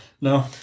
No